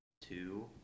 two